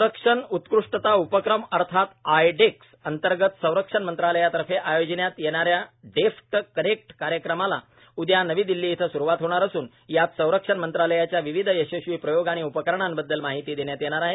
संरक्षण उत्कृष्टता उपक्रम अर्थात आय डेक्स अंतर्गत संरक्षण मंत्रालयातर्फे आयोजिण्यात येणा या डेफ कनेक्ट कार्यक्रमाला उद्या नवी दिल्ली इथं स्रूवात होणार असून यात संरक्षण मंत्रालयाच्या विविध यशस्वी प्रयोग आणि उपकरणांबद्दल माहिती देण्यात येणार आहे